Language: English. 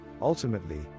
Ultimately